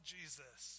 Jesus